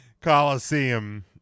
Coliseum